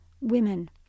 women